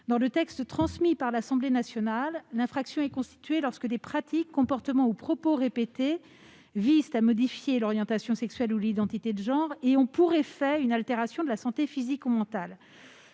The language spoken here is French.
termes du texte transmis par l'Assemblée nationale, l'infraction est constituée lorsque des pratiques, comportements ou propos répétés visent à modifier l'orientation sexuelle ou l'identité de genre d'une personne et ont pour effet une altération de sa santé physique ou mentale.